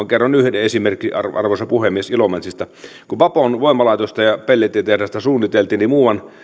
kerron yhden esimerkin arvoisa puhemies ilomantsista kun vapon voimalaitosta ja pellettitehdasta suunniteltiin niin muuan